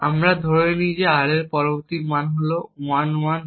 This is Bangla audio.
আমরা ধরে নিই যে R এর পরবর্তী মান হল 1101